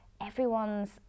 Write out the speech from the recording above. everyone's